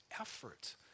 effort